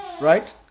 Right